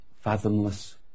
fathomless